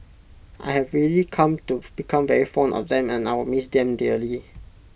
I have really come to become very fond of them and I will miss them dearly